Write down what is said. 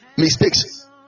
Mistakes